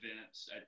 events